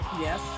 Yes